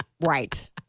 Right